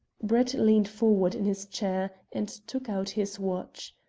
brett leaned forward in his chair, and took out his watch.